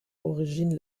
origine